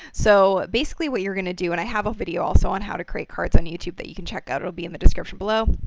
so, basically what you're going to do. and i have a video also on how to create cards on youtube that you can check out. it'll be in the description below.